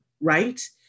Right